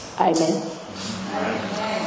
Amen